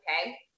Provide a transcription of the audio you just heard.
okay